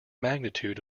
magnitude